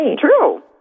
true